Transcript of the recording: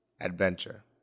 adventure